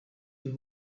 your